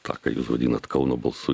tą ką jūs vadinat kauno balsu